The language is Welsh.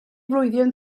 flwyddyn